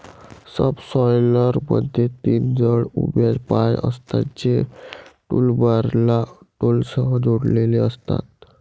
सबसॉयलरमध्ये तीन जड उभ्या पाय असतात, जे टूलबारला बोल्टसह जोडलेले असतात